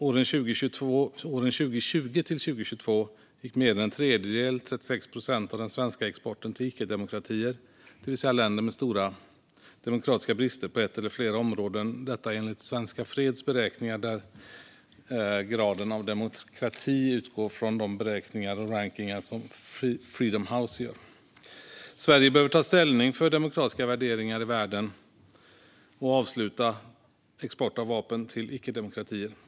Åren 2020-2022 gick mer än en tredjedel, 36 procent, av den svenska exporten till icke-demokratier, det vill säga länder med stora demokratiska brister på ett eller flera områden - detta enligt Svenska freds beräkningar, där graden av demokrati utgår från de beräkningar och rankningar som Freedom House gör. Sverige behöver ta ställning för demokratiska värderingar i världen och avsluta exporten av vapen till icke-demokratier.